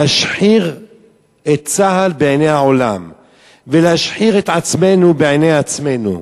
להשחיר את צה"ל בעיני העולם ולהשחיר את עצמנו בעיני עצמנו.